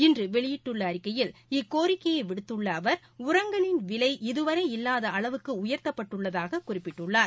இன்று வெளியிட்டுள்ள அறிக்கையில் இக்கோரிக்கையை விடுத்துள்ள அவர் உரங்களின் விலை இதுவரை இல்லாத அளவுக்கு உயர்த்தப்பட்டுள்ளதாக குறிப்பிட்டுள்ளார்